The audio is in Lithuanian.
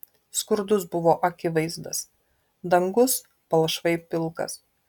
skurdus buvo akivaizdas dangus palšvai pilkas